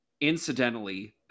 Incidentally